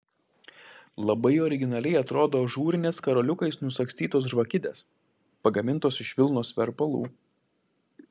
labai originaliai atrodo ažūrinės karoliukais nusagstytos žvakidės pagamintos iš vilnos verpalų